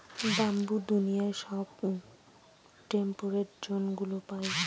bamboo দুনিয়ার সব temperate জোনগুলা পায়